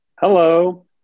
hello